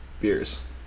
beers